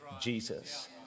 Jesus